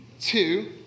Two